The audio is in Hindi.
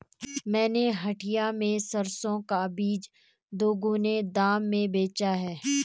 मैंने हटिया में सरसों का बीज दोगुने दाम में बेचा है